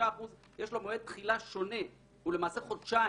ל-65% ויש לו מועד תחילה שונה של חודשיים.